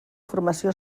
formació